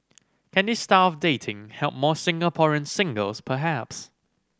can this style of dating help more Singaporean singles perhaps